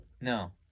No